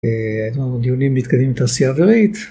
היינו עובדים במתקנים לתעשיה אווירית